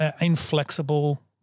inflexible